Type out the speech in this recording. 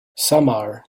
samar